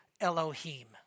Elohim